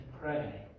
pray